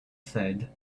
said